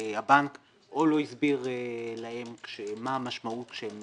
שהבנק או לא הסביר להם מה המשמעות כשהם